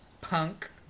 punk